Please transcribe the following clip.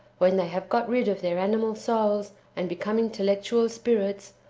when they have got rid of their animal souls, and become intellectual spirits,